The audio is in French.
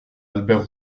albert